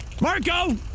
Marco